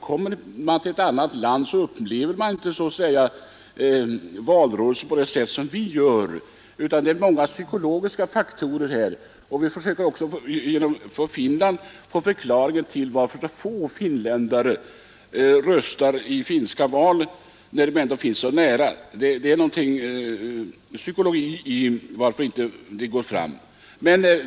Kommer man till ett annat land upplever man tydligen inte valröre samma sätt som när man bor kvar i det egna landet. Vi försöker från Finland få en förklaring på varför så få finländare i Sverige röstar i det finska valet. Många psykologiska faktorer tycks spela in.